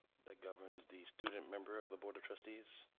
that governs the student member of the board of trustees.